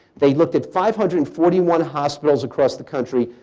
they looked at five hundred and forty one hospitals across the country,